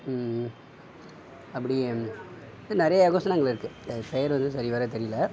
அப்படி நிறைய யோகாசனங்கள் இருக்குது அது பேரு வந்து சரி வர தெரியல